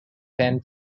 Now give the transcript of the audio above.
fan